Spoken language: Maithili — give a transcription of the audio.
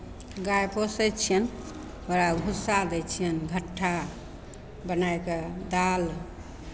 गाय पोसै छियनि ओकरा भुस्सा दै छियनि घट्ठा बनाय कऽ दालि